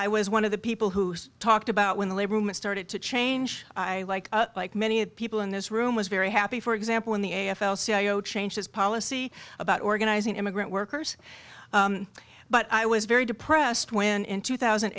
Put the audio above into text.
i was one of the people who talked about when the labor movement started to change i like many people in this room was very happy for example in the a f l cio change his policy about organizing immigrant workers but i was very depressed when in two thousand